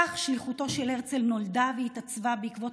כך שליחותו של הרצל נולדה והתעצבה בעקבות